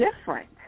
different